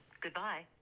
Goodbye